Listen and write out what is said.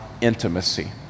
Intimacy